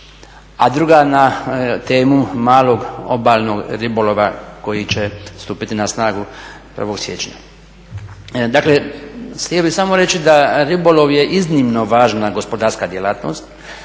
a druga na temu malog obalnog ribolova koji će stupiti na snagu 1. siječnja. Dakle, htio bih samo reći da ribolov je iznimno važna gospodarska djelatnost,